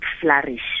flourish